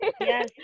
Yes